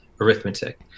arithmetic